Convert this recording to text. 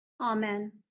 Amen